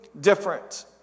different